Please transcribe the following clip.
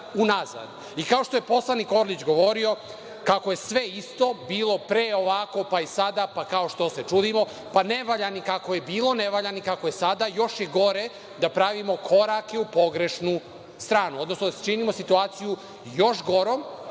Kao što je poslanik Orlić govorio, kako je sve isto bilo pre ovako, pa i sada, pa kao što se čudimo, pa ne valja ni kako je bilo, ne valja ni kako je sada, još je gore da pravimo korake u pogrešnu stranu, odnosno da činimo situaciju još gorom